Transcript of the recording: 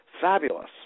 fabulous